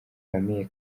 famille